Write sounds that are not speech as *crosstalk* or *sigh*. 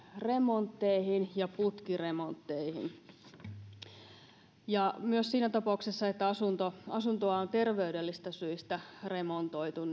remontteihin ja putkiremontteihin myös siinä tapauksessa että asuntoa asuntoa on terveydellisistä syistä remontoitu *unintelligible*